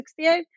68